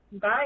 Bye